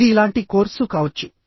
ఇది ఇలాంటి కోర్సు కావచ్చు